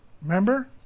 Remember